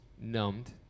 numbed